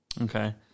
Okay